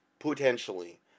Potentially